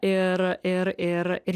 ir ir ir ir